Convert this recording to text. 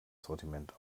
sortiment